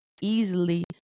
easily